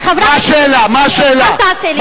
חברת הכנסת תירוש, אל תעשי לי ככה.